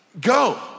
Go